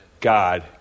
God